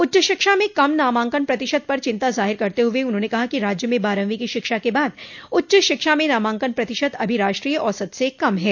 उच्च शिक्षा में कम नामांकन प्रतिशत पर चिंता जाहिर करते हुए उन्होंने कहा कि राज्य में बारहवीं की शिक्षा के बाद उच्च शिक्षा में नामांकन प्रतिशत अभी राष्ट्रीय औसत से कम है